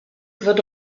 wird